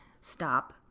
stop